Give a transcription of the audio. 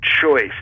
choice